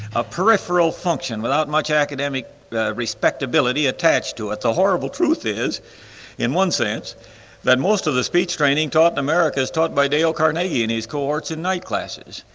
a peripheral function without much academic respectability attached to it the horrible truth is in one sense that most of the speech training taught in america is taught by dale carnegie and his cohorts and night classes.